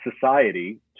society